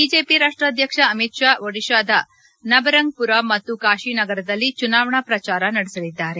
BJP ರಾಷ್ಟ್ರಾಧ್ಯಕ್ಷ ಅಮಿತ್ ಶಾ ಒಡಿಶಾದ ನಬರಂಗ್ಪುರ ಮತ್ತು ಕಾಶಿನಗರದಲ್ಲಿ ಚುನಾವಣಾ ಪ್ರಚಾರ ನಡೆಸಲಿದ್ದಾರೆ